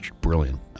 brilliant